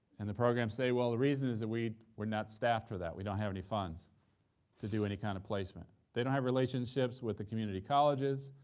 and the programs say, well, the reason is that we we're not staffed for that. we don't have any funds to do any kind of placement. they don't have relationships with the community colleges,